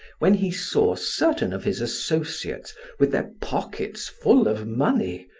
when he saw certain of his associates with their pockets full of money,